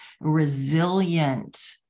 resilient